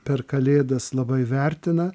per kalėdas labai vertina